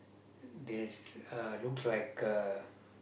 this uh looks like a